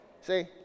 See